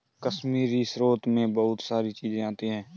कश्मीरी स्रोत मैं बहुत सारी चीजें आती है